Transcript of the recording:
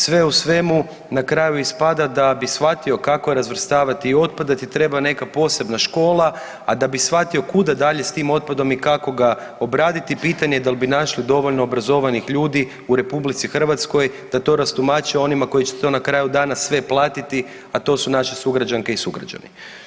Sve u svemu, na kraju ispada da bi shvatio kako razvrstavati otpad, da ti treba neka posebna škola, a da bi shvatio kuda dalje s tim otpadom i kako ga obraditi, pitanje je da li bi našli dovoljno obrazovanih ljudi u RH da to rastumače onima koji će to na kraju dana sve platiti, a to su naše sugrađanke i sugrađani.